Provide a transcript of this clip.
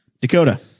Dakota